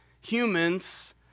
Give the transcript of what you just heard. humans